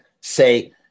say